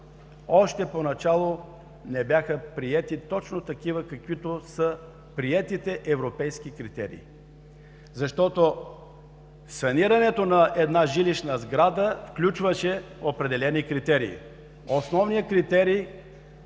още поначало не бяха приети точно такива, каквито са приетите европейски критерии, защото санирането на една жилищна сграда включваше определени критерии. Основният критерии